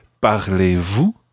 parlez-vous